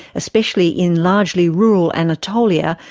especially in largely rural anatolia,